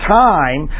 time